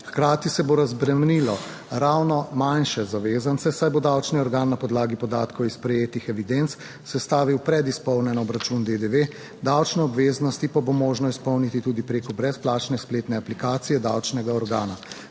Hkrati se bo razbremenilo ravno manjše zavezance, saj bo davčni organ na podlagi podatkov iz prejetih evidenc sestavil predizpolnjen obračun DDV, davčne obveznosti pa bo možno izpolniti tudi preko brezplačne spletne aplikacije davčnega organa.